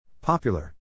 Popular